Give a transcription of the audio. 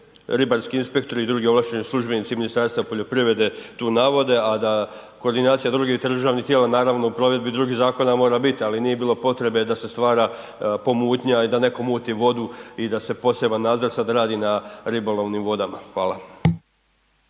ribarski inspektori i drugi ovlašteni službenici Ministarstva poljoprivrede tu navode a da koordinacija drugih državnih tijela naravno u provedbi drugih zakona mora biti ali nije bilo potrebe da se stvara pomutnja i da netko muti vodu i da se poseban nadzor sada radi na ribolovnim vodama. Hvala.